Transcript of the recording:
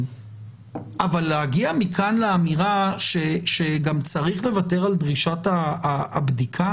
אבל מכאן להגיע לאמירה שגם צריך לוותר על דרישת הבדיקה?